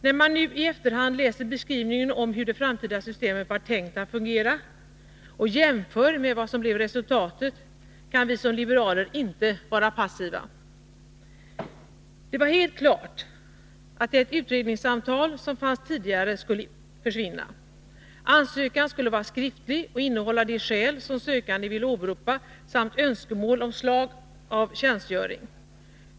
När man nu i efterhand läser beskrivningen om hur det framtida systemet var tänkt att fungera och jämför med vad som blev resultatet kan vi som liberaler inte vara passiva. Det var helt klart att det utredningssamtal som fanns tidigare skulle försvinna. Ansökan skulle vara skriftlig och innehålla de skäl som sökanden ville åberopa samt önskemål om slag av tjänstgöring.